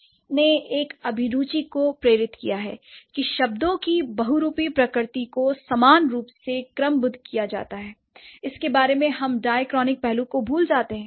इसने एक अभिरुचि को प्रेरित किया है कि शब्दों की बहुरूपी प्रकृति को समान रूप से क्रमबद्ध किया जाता है इसके बारे में हम डाईसिंक्रॉनिक पहलू को भूल जाते हैं